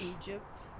Egypt